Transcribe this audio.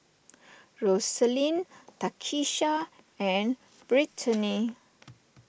Roselyn Takisha and Brittany